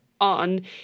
on